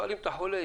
החולה.